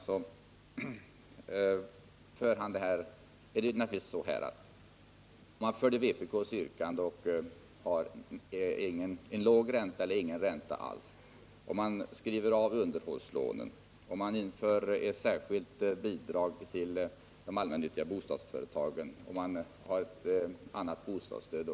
Det är naturligtvis så, att hyrorna skulle kunna vara lägre om man biföll vpk:s förslag om en låg ränta eller ingen ränta alls, om man skrev av underhållslånen, om man införde ett särskilt bidrag till de allmännyttiga bostadsföretagen och om man hade ett annat bostadsstöd.